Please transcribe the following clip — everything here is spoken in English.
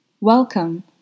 Welcome